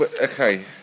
Okay